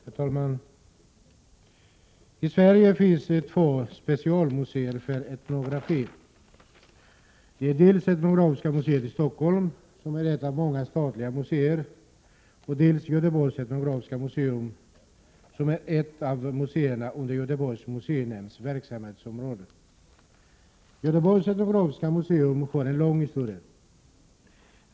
Herr talman! I Sverige finns två specialmuseer för etnografi. Det är dels Etnografiska museet i Stockholm, som är ett av många statliga museer, dels Etnografiska museet i Göteborg, som är ett av museerna under Göteborgs museinämnds verksamhetsområde. Etnografiska museet i Göteborg har en lång historia.